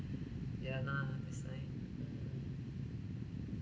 ya lah that's why